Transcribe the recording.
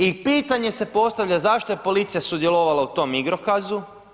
I pitanje se postavlja zašto je policija sudjelovala u tom igrokazu?